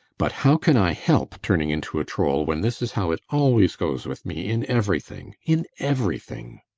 but how can i help turning into a troll, when this is how it always goes with me in everything in everything!